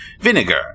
vinegar